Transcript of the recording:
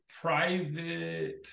private